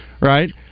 right